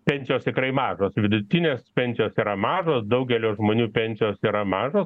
pensijos tikrai mažos vidutinės pensijos yra mažos daugelio žmonių pensijos yra mažos